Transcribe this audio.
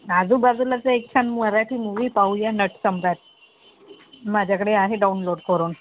आजूबाजूला जर एक छान मराठी मूवी पाहूया नटसम्राट माझ्याकडे आहे डाउनलोड करून